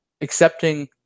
accepting